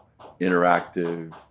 interactive